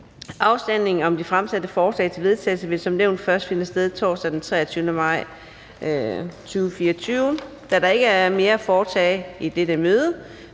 Afstemningen om de fremsatte forslag til vedtagelse vil som nævnt først finde sted torsdag den 23. maj 2024. --- Kl. 14:57 Meddelelser